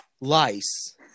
lice